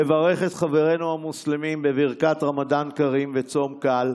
לברך את חברינו המוסלמים בברכת רמדאן כרים וצום קל,